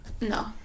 No